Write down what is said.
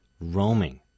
roaming